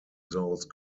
those